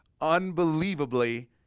unbelievably